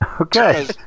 Okay